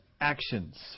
actions